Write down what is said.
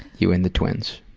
you and the twins.